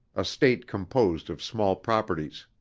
a state composed of small properties.